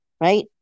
right